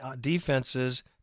defenses